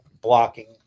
blocking